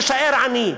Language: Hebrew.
תישאר עני,